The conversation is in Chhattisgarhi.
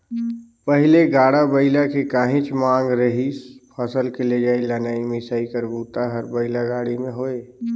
पहिली गाड़ा बइला के काहेच मांग रिहिस फसल के लेजइ, लनइ, मिसई कर बूता हर बइला गाड़ी में होये